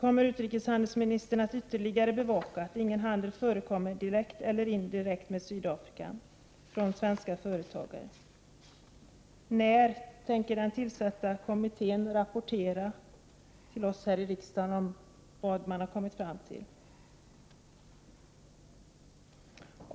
Kommer utrikeshandelsministern att ytterligare bevaka att ingen handel direkt eller indirekt förekommer med Sydafrika från svenska företagare? När tänker den tillsatta kommittén rapportera till oss här i riksdagen om vad den har kommit fram till?